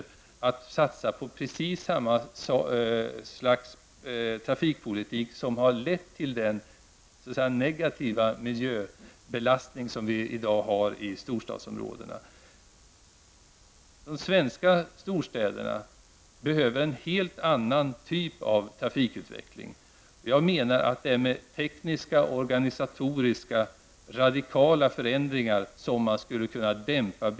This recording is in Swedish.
Det handlar alltså om att satsa på precis samma trafikpolitik som den som har lett till den negativa miljöbelastning som vi i dag har i storstadsområdena. Men de svenska storstäderna behöver en helt annan typ av trafikutveckling. Jag menar att det är med tekniska och organisatoriska radikala förändringar som biltrafiken kan dämpas.